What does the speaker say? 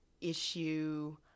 issue